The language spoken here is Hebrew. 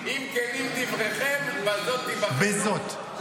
אם כנים דבריכם, בזאת תיבחנו,